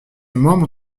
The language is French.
membre